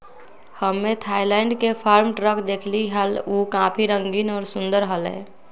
हम्मे थायलैंड के farm truck देखली हल, ऊ काफी रंगीन और सुंदर हलय